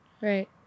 right